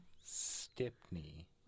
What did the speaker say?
Stepney